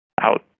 out